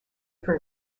for